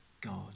God